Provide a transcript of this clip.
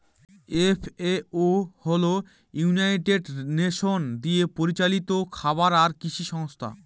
FAO হল United Nation দিয়ে পরিচালিত খাবার আর কৃষি সংস্থা